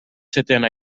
setena